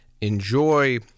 enjoy